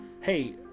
Hey